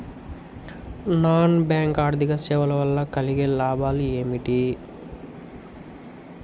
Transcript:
Non bank ఆర్థిక సేవల వల్ల కలిగే లాభాలు ఏమిటి?